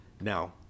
Now